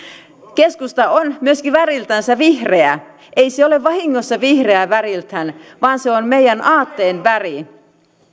keskusta on myöskin väriltänsä vihreä ei se ole vahingossa vihreä väriltään vaan se on meidän aatteen väri